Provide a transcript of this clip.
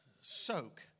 soak